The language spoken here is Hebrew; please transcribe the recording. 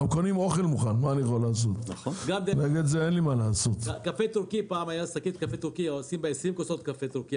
פעם שקית קפה תורכי הייתה מספיקה ל-20 כוסות של קפה תורכי.